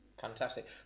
Fantastic